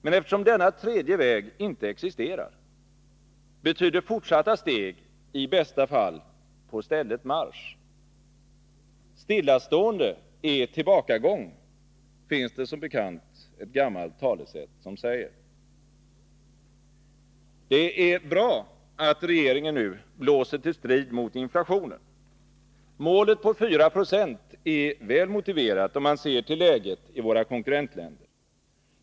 Men eftersom denna tredje väg inte existerar, betyder fortsatta steg i bästa fall på stället marsch. Stillastående är tillbakagång, finns det som bekant ett gammalt talesätt som säger. Det är bra att regeringen nu blåser till strid mot inflationen. Målet på 4 9o är väl motiverat, om man ser till läget i våra konkurrentländer.